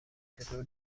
چطور